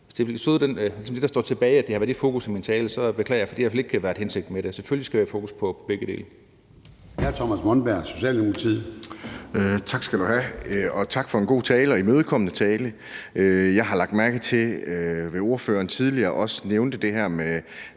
hvis det, der står tilbage, er, at det har været det ene fokus i min tale, så beklager jeg, for det har i hvert fald ikke været hensigten med det. Selvfølgelig skal vi have fokus på begge dele.